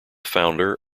founder